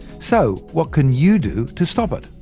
so what can you do to stop it?